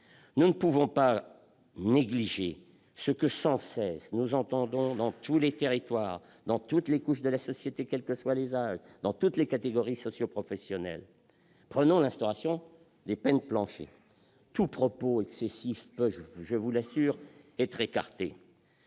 Nous ne pouvons pas négliger ce que nous entendons sans cesse dans tous les territoires, dans toutes les couches de la société quels que soient les âges, dans toutes les catégories socioprofessionnelles. Prenons l'instauration des peines planchers. Tous les propos excessifs peuvent, je vous l'assure, être écartés.